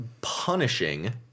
punishing